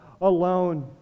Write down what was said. alone